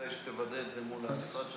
כדאי שתוודא את זה מול המשרד שלך.